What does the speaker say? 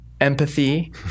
empathy